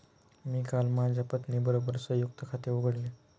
मी काल माझ्या पत्नीबरोबर संयुक्त खाते उघडले